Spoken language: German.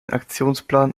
aktionsplan